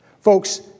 Folks